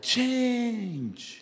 Change